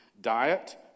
diet